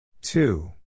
two